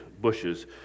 bushes